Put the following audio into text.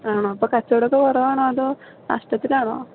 ആണോ അപ്പോൾ കച്ചവടം ഒക്കെ കുറവാണോ അതോ നഷ്ടത്തിലാണോ